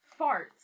farts